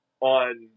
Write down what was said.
On